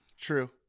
True